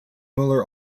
muller